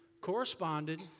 corresponded